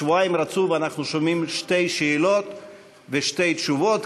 שבועיים רצוף אנחנו שומעים שתי שאילתות ושתי תשובות,